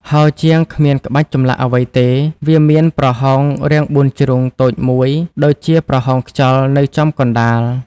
ហោជាងគ្មានក្បាច់ចម្លាក់អ្វីទេ វាមានប្រហោងរាងបួនជ្រុងតូចមួយដូចជាប្រហោងខ្យល់នៅចំកណ្តាល។